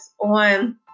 on